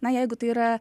na jeigu tai yra